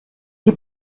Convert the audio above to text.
die